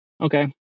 Okay